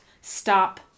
stop